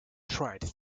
tried